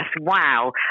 wow